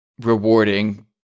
rewarding